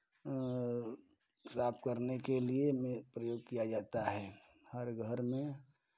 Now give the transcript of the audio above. साफ करने के लिये प्रयोग किया जाता है हर घर में